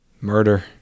murder